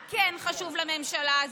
מה כן חשוב לממשלה הזו?